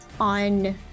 on